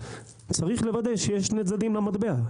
צריך לוודא שיש שני צדדים למטבע.